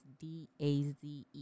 d-a-z-e